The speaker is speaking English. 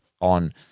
on